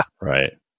Right